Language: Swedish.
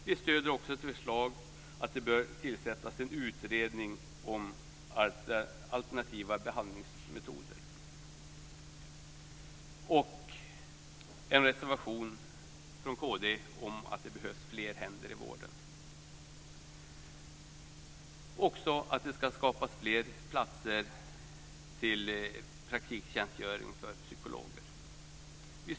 Vi stöder också ett förslag om att det bör tillsättas en utredning om alternativa behandlingsmetoder och en reservation från kd om att det behövs fler händer i vården. Vi har dessutom en reservation om att det ska skapas fler platser för praktiktjänstgöring för psykologer.